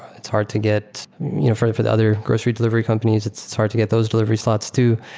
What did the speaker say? it's hard to get you know for for the other grocery delivery companies, it's it's hard to get those delivery slots too.